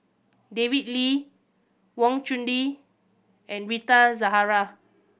David Lee Wang Chunde and Rita Zahara